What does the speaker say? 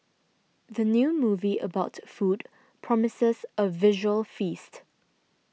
the new movie about food promises a visual feast